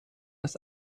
ist